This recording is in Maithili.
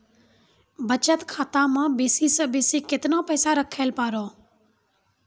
बचत खाता म बेसी से बेसी केतना पैसा रखैल पारों?